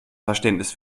verständnis